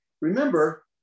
remember